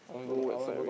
no at sight already